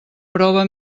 prova